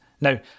Now